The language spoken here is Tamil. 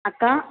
அக்கா